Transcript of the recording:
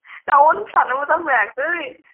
ना अनफ्रानो मोजां जायासै